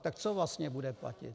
Tak co vlastně bude platit?